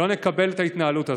לא נקבל את ההתנהלות הזאת.